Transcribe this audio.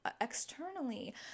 externally